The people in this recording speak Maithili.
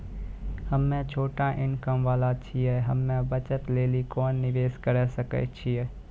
हम्मय छोटा इनकम वाला छियै, हम्मय बचत लेली कोंन निवेश करें सकय छियै?